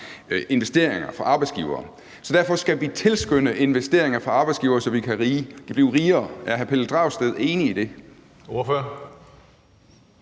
investeringer, fra arbejdsgivere. Derfor skal vi tilskynde til investeringer for arbejdsgivere, så vi kan blive rigere. Er hr. Pelle Dragsted enig i det? Kl.